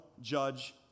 judge